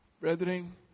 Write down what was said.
Brethren